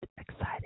excited